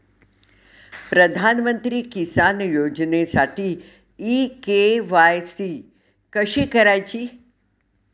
प्रधानमंत्री किसान योजनेसाठी इ के.वाय.सी कशी करायची?